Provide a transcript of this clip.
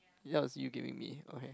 yeah it was you giving me okay